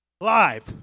Live